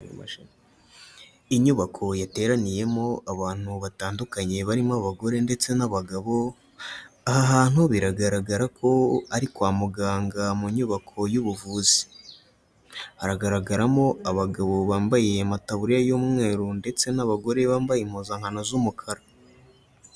Inyubako yateraniyemo abantu batandukanye barimo abagore ndetse n'abagabo, aha hantu biragaragara ko ari kwa muganga mu nyubako y'ubuvuzi. Haragaragaramo abagabo bambaye amataburiya y'umweru ndetse n'abagore bambaye impuzankano z'umukara.